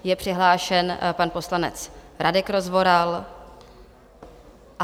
Je přihlášen pan poslanec Radek Rozvoral.